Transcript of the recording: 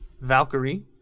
Valkyrie